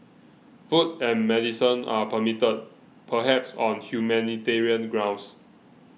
food and medicine are permitted perhaps on humanitarian grounds